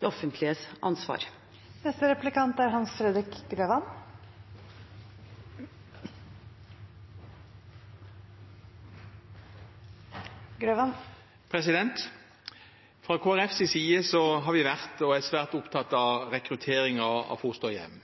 det offentliges ansvar. Fra Kristelig Folkepartis side har vi vært og er svært opptatt av rekrutteringen av fosterhjem,